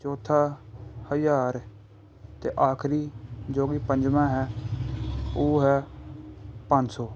ਚੌਥਾ ਹਜ਼ਾਰ ਅਤੇ ਆਖਰੀ ਜੋ ਕਿ ਪੰਜਵਾਂ ਹੈ ਉਹ ਹੈ ਪੰਜ ਸੌ